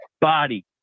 body